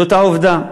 זאת העובדה.